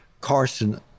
Carson